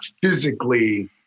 physically